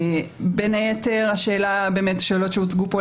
בין היתר שאלות שהוצגו כאן,